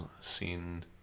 seen